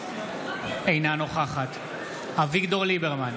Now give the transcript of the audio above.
אינה נוכחת אביגדור ליברמן,